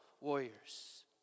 warriors